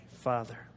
Father